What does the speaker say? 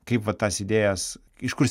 kaip va tas idėjas iš kur